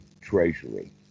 treasury